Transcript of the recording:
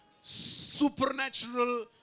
supernatural